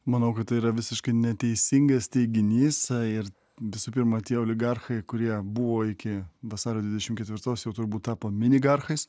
manau kad tai yra visiškai neteisingas teiginys ir visų pirma tie oligarchai kurie buvo iki vasario dvidešim ketvirtos jau turbūt tapo minigarchais